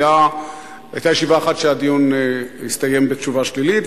היתה ישיבה אחת שהדיון הסתיים בתשובה שלילית,